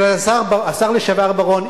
השר לשעבר בר-און,